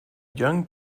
young